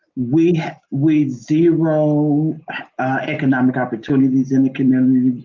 we weed zero economic opportunities in the community.